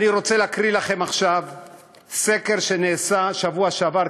אני רוצה לקרוא לכם סקר שנעשה בשבוע שעבר,